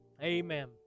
amen